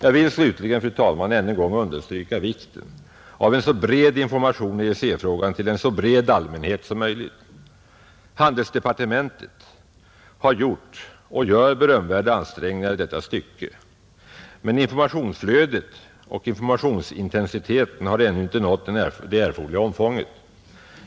Jag vill slutligen, fru talman, ännu en gång understryka vikten av en så bred information i EEC-frågan till en så bred allmänhet som möjligt. Handelsdepartementet har gjort och gör berömvärda ansträngningar i detta stycke, men informationsflödet och informationsintensiteten har ännu inte nått det erforderliga omfånget.